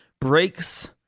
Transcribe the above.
breaks